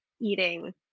eating